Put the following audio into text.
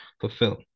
fulfill